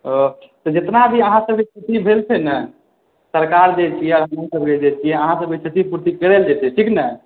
तऽ जेतना भी अहाँसभके स्थिति भेल छै ने सरकार जे छियै अपनासभ जे छियै अहाँसभके क्षतिपूर्ति करल जेतै ठीक छै ने